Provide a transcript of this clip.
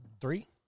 Three